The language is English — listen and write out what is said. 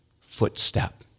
footstep